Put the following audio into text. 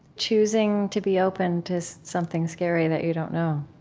choosing to be open to something scary that you don't know.